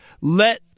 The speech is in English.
let